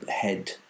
head